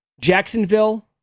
Jacksonville